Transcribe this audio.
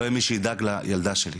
לא יהיה מי שידאג לילדה שלו,